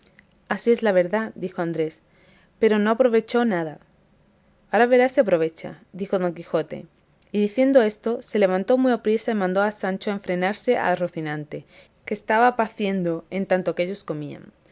así es la verdad dijo andrés pero no aprovechó nada ahora verás si aprovecha dijo don quijote y diciendo esto se levantó muy apriesa y mandó a sancho que enfrenase a rocinante que estaba paciendo en tanto que ellos comían